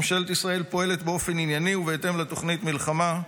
ממשלת ישראל פועלת באופן ענייני ובהתאם לתוכנית מלחמה,